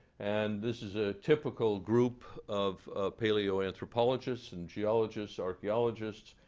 and this is a typical group of paleoanthropologists, and geologists, archaeologists,